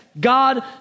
God